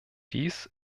dies